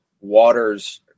waters